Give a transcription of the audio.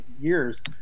years